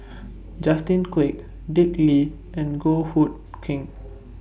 Justin Quek Dick Lee and Goh Hood Keng